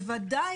בוודאי,